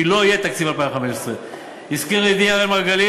כי לא יהיה תקציב 2015. הזכיר לי אראל מרגלית,